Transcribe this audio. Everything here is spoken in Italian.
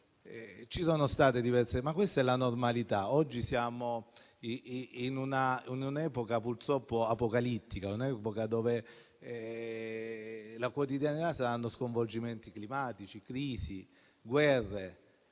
ci sono state diverse difficoltà. Ma questa è la normalità: oggi siamo in un'epoca purtroppo apocalittica, dove la quotidianità sarà fatta di sconvolgimenti climatici, crisi, guerre.